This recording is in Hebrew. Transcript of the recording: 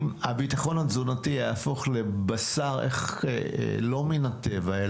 אם הביטחון התזונתי יהפוך לבשר לא מן הטבע,